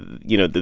you know,